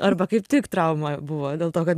arba kaip tik trauma buvo dėl to kad